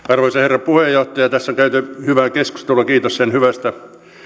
arvoisa herra puheenjohtaja tässä on käyty hyvää keskustelua kiitos sen hyvästä